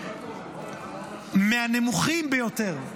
מהנמוכים ביותר,